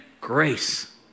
grace